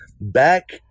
back